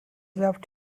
left